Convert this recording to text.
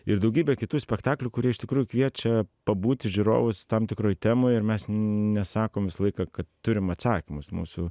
ir daugybė kitų spektaklių kurie iš tikrųjų kviečia pabūti žiūrovus tam tikroj temoj ir mes nesakom visą laiką kad turim atsakymus mūsų